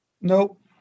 Nope